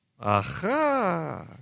Aha